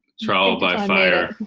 trial by fire.